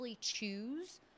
choose